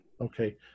Okay